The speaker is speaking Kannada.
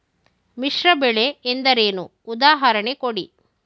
ಮಿಶ್ರ ಬೆಳೆ ಎಂದರೇನು, ಉದಾಹರಣೆ ಕೊಡಿ?